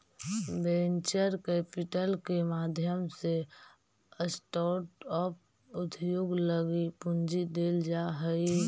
venture capital के माध्यम से स्टार्टअप उद्योग लगी पूंजी देल जा हई